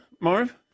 Marv